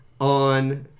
on